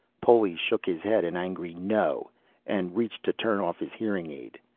poli shook his head an angry no and reached to turn off his hearing aid.